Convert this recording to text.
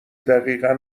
دقیقا